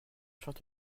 chanter